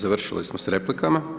Završili smo s replikama.